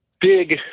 big